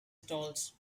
stalls